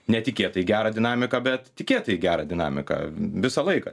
netikėtai gerą dinamiką bet tikėtai gerą dinamiką visą laiką